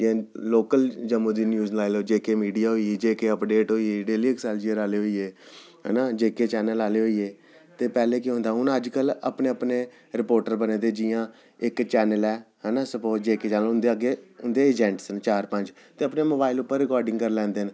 जि'यां लोकल जम्मू दी न्यूज़ लाई लैओ जे के मीडिया होई जे के अपडेट होई डेली एक्सेलशियर आह्ले होइये ऐना जे के चैनल आह्ले होइये ते पैह्लें केह् होंदा हा हून अज्ज कल अपने अपने रपोटर बने दे जि'यां इक चैनल ऐ ऐना स्पोज जे के चैनल उंदे अग्गें उंदे एजेंट्स न चार पंज ते अपने मोबाइल पर रिकार्डिंग करी लैंदे न